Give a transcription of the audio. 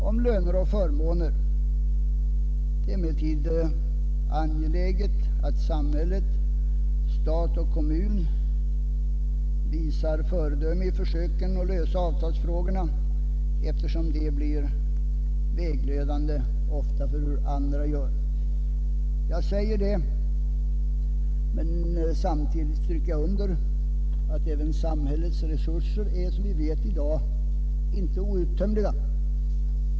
Det är emellertid angeläget att samhället — stat och kommun — visar föredöme vid försöken att lösa avtalsfrågorna, eftersom samhällets handlande ofta blir vägledande för andra. Samtidigt som jag säger detta stryker jag under att samhällets resurser, som vi vet i dag, inte är outtömliga.